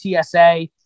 TSA